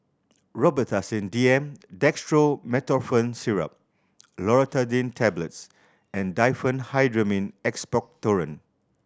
Robitussin D M Dextromethorphan Syrup Loratadine Tablets and Diphenhydramine Expectorant